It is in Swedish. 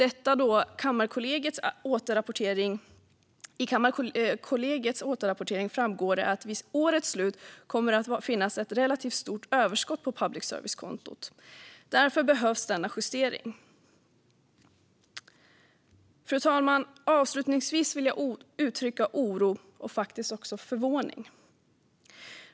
I Kammarkollegiets återrapportering framgår det att det vid årets slut kommer att finnas ett relativt stort överskott på public service-kontot. Därför behövs denna justering. Fru talman! Avslutningsvis vill jag uttrycka oro och faktiskt också förvåning.